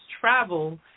travel